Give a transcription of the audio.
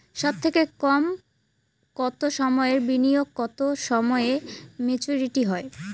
সবথেকে কম কতো সময়ের বিনিয়োগে কতো সময়ে মেচুরিটি হয়?